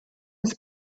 his